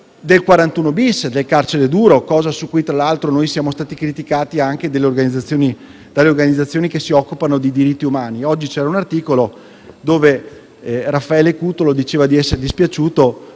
del 41*-bis*, del carcere duro, cosa su cui, tra l'altro, siamo stati criticati anche dalle organizzazioni che si occupano di diritti umani. Un articolo di oggi riportava che Raffaele Cutolo dice di essere dispiaciuto